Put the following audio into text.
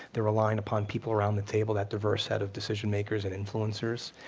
they're relying upon people around the table, that diverse set of decision makers and influencers,